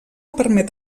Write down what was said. permet